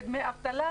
דמי אבטלה,